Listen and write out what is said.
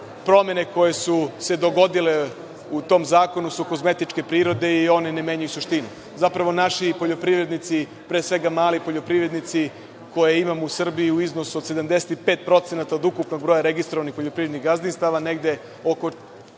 promene koje su se dogodile u tom zakonu su kozmetičke prirode i ne menjaju suštinu. Zapravo, naši poljoprivrednici, pre svega mali poljoprivrednici koje imamo u Srbiji, u iznosu od 75% od ukupnog broja registrovanih poljoprivrednih gazdinstava, negde oko